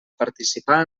participar